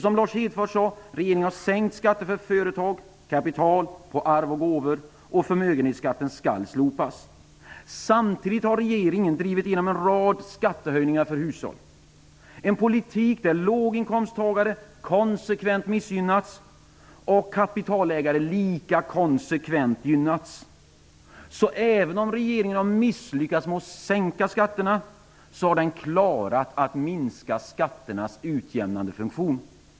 Som Lars Hedfors sade har regeringen sänkt skatterna för företag, kapital, arv och gåvor, och förmögenhetsskatten skall slopas. Samtidigt har regeringen drivit igenom en rad skattehöjningar för hushållen. Det är en politik där låginkomsttagarna konsekvent har missgynnats och kapitalägarna lika konsekvent har gynnats. Även om regeringen har misslyckats med att sänka skatterna har den klarat att minska skatternas utjämnande funktion.